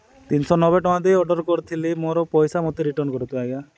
ତିନି ଶହ ନବେ ଟଙ୍କା ଦେଇ ଅର୍ଡର କରିଥିଲି ମୋର ପଇସା ମୋତେ ରିଟର୍ନ କରନ୍ତୁ ଆଜ୍ଞା